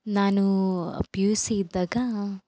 ನಾನು P U C ಇದ್ದಾಗ